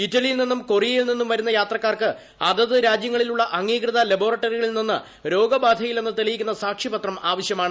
ഇറ്റലിയിൽ നിന്നും കൊറിയയിൽ നിന്നും വരുന്ന യാത്രക്കാർക്ക് അതത് രാജ്യങ്ങളിലുള്ള അംഗീകൃത ലാബറട്ടറികളിൽ നിന്ന് രോഗബാധയില്ലെന്ന് തെളിയിക്കുന്ന സാക്ഷ്യപ്പുതം ആവശ്യമാണ്